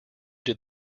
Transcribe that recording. did